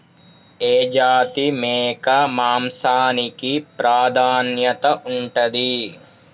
ఏ జాతి మేక మాంసానికి ప్రాధాన్యత ఉంటది?